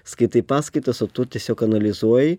skaitai paskaitas o tu tiesiog analizuoji